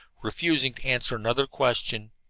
refusing to answer another question.